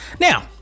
now